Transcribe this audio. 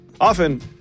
Often